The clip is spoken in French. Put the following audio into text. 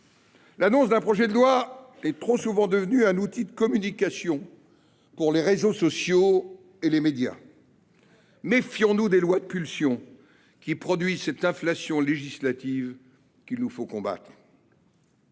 L’annonce d’un projet de loi est trop souvent devenue un outil de communication… C’est vrai !… pour les réseaux sociaux et les médias. Méfions-nous des lois de pulsion, à l’origine d’une inflation législative qu’il nous faut combattre.